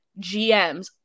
GMs